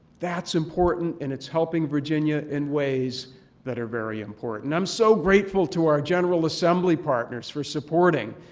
that's important and it's helping virginia in ways that are very important. i'm so grateful to our general assembly partners for supporting